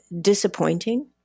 disappointing